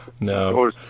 No